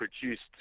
produced